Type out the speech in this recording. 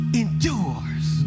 endures